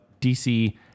DC